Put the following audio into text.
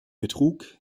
betrug